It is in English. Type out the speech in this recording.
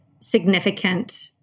significant